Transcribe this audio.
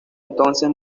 entonces